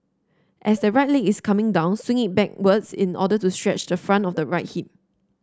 as the right leg is coming down swing it backwards in order to stretch the front of the right hip